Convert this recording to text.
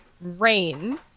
rain